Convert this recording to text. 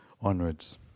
onwards